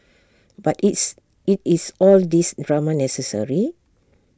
but is IT is all these drama necessary